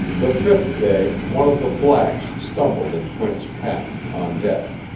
the fifth day, one of the blacks stumbled in quint's path, on deck.